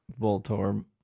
Voltorb